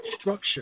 structure